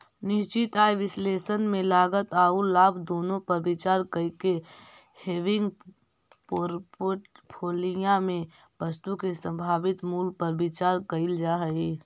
निश्चित आय विश्लेषण में लागत औउर लाभ दुनो पर विचार कईके हेविंग पोर्टफोलिया में वस्तु के संभावित मूल्य पर विचार कईल जा हई